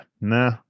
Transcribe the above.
Nah